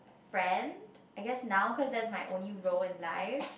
friend I guess now cause that's my only role in life